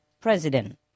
president